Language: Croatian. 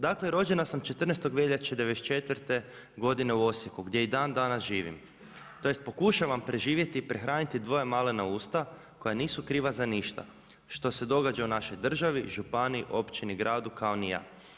Dakle rođena sam 14. veljače '94. godine u Osijeku, gdje i dandanas živim tj., pokušavam preživjeti, prehraniti dvoje malena usta koja nisu kriva za ništa što se događa u našoj državi, županiji, općini, gradu kao ni ja.